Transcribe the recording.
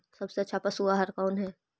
सबसे अच्छा पशु आहार कौन है?